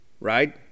Right